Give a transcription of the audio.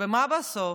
ומה בסוף?